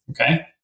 okay